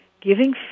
giving